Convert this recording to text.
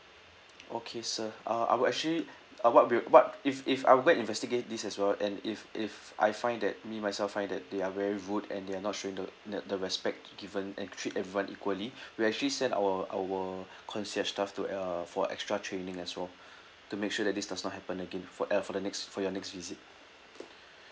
okay sir uh I will actually uh what will what if if I will investigate this as well and if if I find that me myself find that they are very rude and they're not showing the the the respect given and treat everyone equally we'll actually send our our concierge staff to a for extra training as well to make sure that this does not happen again for a for the next for your next visit